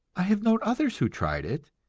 i have known others who tried it,